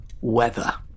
Weather